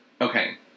Okay